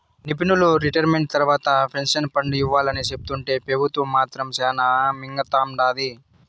నిపునులు రిటైర్మెంట్ తర్వాత pension fund ఇవ్వాలని సెప్తుంటే పెబుత్వం మాత్రం శానా మింగతండాది